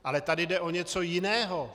Ale tady jde o něco jiného.